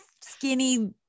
skinny